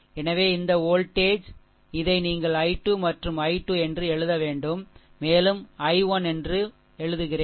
எனவே இந்த வோல்டேஜ் இதை நீங்கள் I2 மற்றும் i 2 என்று எழுத வேண்டும் மேலும் I1 என்றும் எழுதுகிறேன்